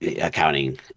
accounting